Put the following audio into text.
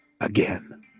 again